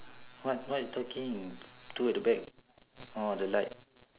what what you talking two at the back orh the light